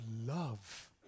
love